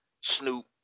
Snoop